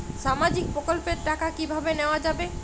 সামাজিক প্রকল্পের টাকা কিভাবে নেওয়া যাবে?